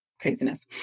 craziness